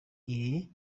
iri